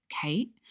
Kate